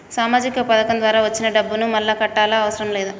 సామాజిక పథకం ద్వారా వచ్చిన డబ్బును మళ్ళా కట్టాలా అవసరం లేదా?